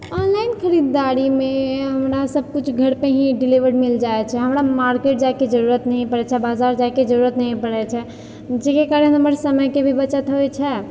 online खरीददारीमे हमरा सबकिछु घर पे ही डिलीवर मिल जाय छै हमरा मार्केट जाएके जरुरत नहि पड़ैत छै बजार जाएके जरुरत नहि पड़ैत छै जाहिके कारण हमर समयके भी बचत होइत छै